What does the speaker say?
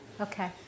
Okay